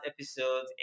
episode